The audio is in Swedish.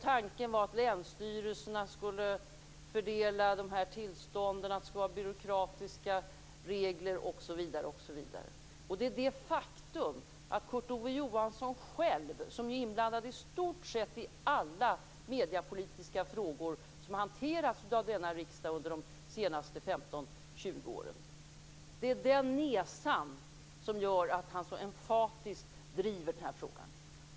Tanken var att länsstyrelserna skulle fördela tillstånden, byråkratiska regler osv. Kurt Ove Johansson har varit inblandad i i stort sett alla mediepolitiska frågor som hanterats av denna riksdag de senaste 15-20 åren. Det är den nesan som gör att han med en sådan emfas driver denna fråga.